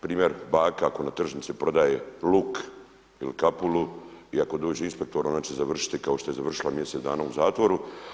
Primjer baka koja na tržnici prodaje luk ili kapulu i ako dođe inspektor onda će završiti kao što je završila mjesec dana u zatvoru.